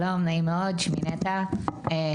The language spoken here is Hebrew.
שלום נעים מאוד שמי נטע יגל,